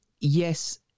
yes